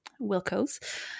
Wilco's